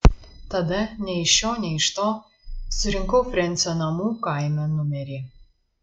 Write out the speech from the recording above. tada nei iš šio nei iš to surinkau frensio namų kaime numerį